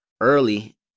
early